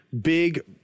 big